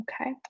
okay